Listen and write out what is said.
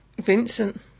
Vincent